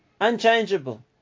Unchangeable